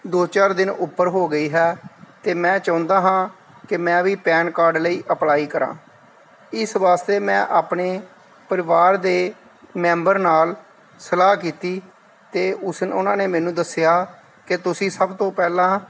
ਦੋ ਚਾਰ ਦਿਨ ਉੱਪਰ ਹੋ ਗਈ ਹੈ ਤੇ ਮੈਂ ਚਾਹੁੰਦਾ ਹਾਂ ਕਿ ਮੈਂ ਵੀ ਪੈਨ ਕਾਰਡ ਲਈ ਅਪਲਾਈ ਕਰਾਂ ਇਸ ਵਾਸਤੇ ਮੈਂ ਆਪਣੇ ਪਰਿਵਾਰ ਦੇ ਮੈਂਬਰ ਨਾਲ ਸਲਾਹ ਕੀਤੀ ਤੇ ਉਸ ਉਹਨਾਂ ਨੇ ਮੈਨੂੰ ਦੱਸਿਆ ਕਿ ਤੁਸੀਂ ਸਭ ਤੋਂ ਪਹਿਲਾਂ